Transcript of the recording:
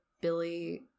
billy